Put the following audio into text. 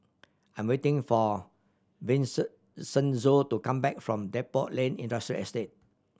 I'm waiting for to come back from Depot Lane Industrial Estate